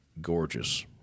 gorgeous